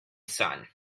son